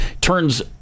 Turns